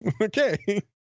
Okay